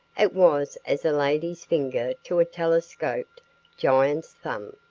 it was as a lady's finger to a telescoped giant's thumb.